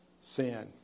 sin